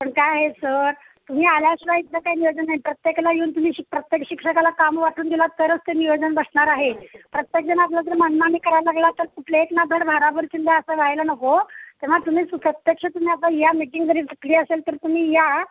पण काय आहे सर तुम्ही आल्याशिवाय इथलं काय नियोजन नाही प्रत्येकाला येऊन तुम्ही शिक्ष प्रत्येक शिक्षकाला काम वाटून दिला तरच ते नियोजन बसणार आहे प्रत्येक जण आपलं जर मनमानी करायला गेला तर कुठलं एक ना धड भाराभर चिंध्या असं व्हायला नको तेव्हा तुम्ही सु प्रत्यक्ष तुम्ही आता या मीटींग जरी सुटली असेल तर तुम्ही या